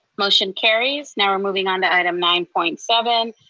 motion carries. now we're moving on to item nine point seven,